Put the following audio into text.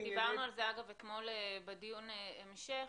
לענייני -- דיברנו על זה אתמול בדיון ההמשך,